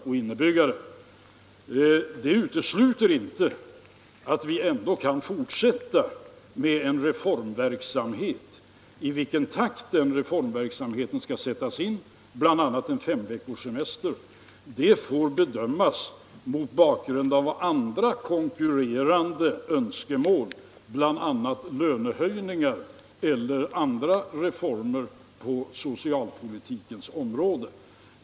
Det utesluter emellertid inte att vi ändå kan fortsätta med en reformverksamhet. I vilken takt den reformverksamheten skall sättas in — bl.a. en femveckorssemester — får bedömas mot bakgrund av andra konkurrerande önskemål såsom lönehöjningar eller andra reformer på socialpolitikens område.